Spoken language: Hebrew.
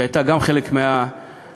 שהייתה חלק מהמחאה,